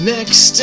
Next